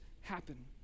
happen